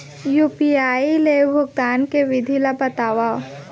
UPI ले भुगतान के विधि ला बतावव